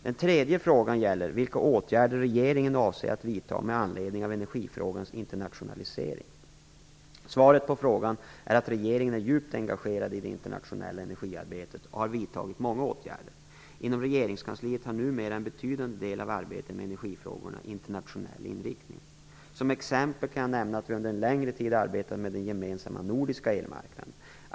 Den tredje frågan gäller vilka åtgärder regeringen avser att vidta med anledning av energifrågans internationalisering. Svaret på frågan är att regeringen är djupt engagerad i det internationella energiarbetet och har vidtagit många åtgärder. Inom regeringskansliet har numera en betydande del av arbetet med energifrågorna internationell inriktning. Som exempel kan jag nämna att vi under en längre tid arbetat med den gemensamma nordiska elmarknaden.